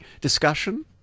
discussion